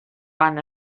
van